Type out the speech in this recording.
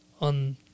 on